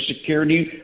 security